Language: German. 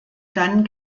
dann